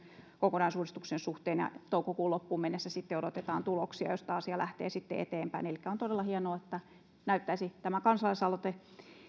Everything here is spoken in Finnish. kokonaisuudistuksen suhteen ja toukokuun loppuun mennessä odotetaan tuloksia mistä asia lähtee sitten eteenpäin elikkä on todella hienoa että tämä kansalaisaloite